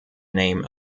name